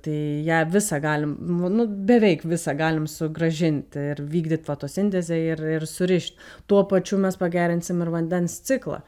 tai ją visą galim nu beveik visą galima sugrąžinti ir vykdyt fotosintezę ir ir surišt tuo pačiu mes pagerinsim ir vandens ciklą